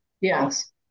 Yes